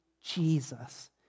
Jesus